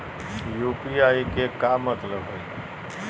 UPI के का मतलब हई?